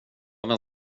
vem